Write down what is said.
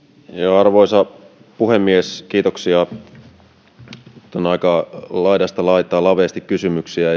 arvoisa puhemies kiitoksia nyt on aika laidasta laitaan laveasti kysymyksiä